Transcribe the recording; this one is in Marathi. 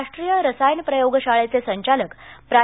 राष्ट्रीय रसायन प्रयोगशाळेचे संचालक प्रा